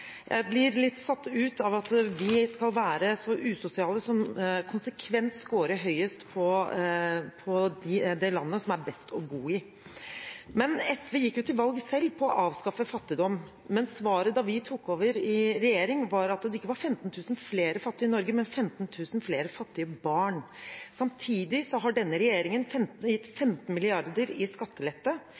Jeg blir litt satt ut av at vi skal være så usosiale, vi som konsekvent scorer høyest som det landet som er best å bo i. SV gikk selv til valg på å avskaffe fattigdom. Svaret da vi tok over i regjering, var at det ikke var 15 000 flere fattige i Norge, men 15 000 flere fattige barn. Samtidig har denne regjeringen gitt 15 mrd. kr i skattelette,